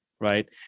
Right